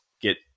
get